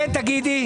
כן, תגידי.